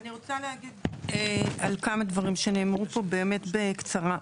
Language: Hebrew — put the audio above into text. אני רוצה להגיד על כמה דברים שנאמרו פה באמת בקצרה .